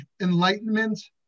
enlightenment